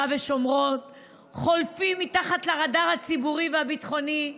ושומרון חולפים מתחת לרדאר הציבורי והביטחוני,